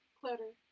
clutter